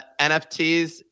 NFTs